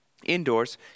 Indoors